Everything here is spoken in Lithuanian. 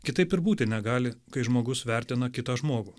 kitaip ir būti negali kai žmogus vertina kitą žmogų